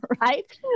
right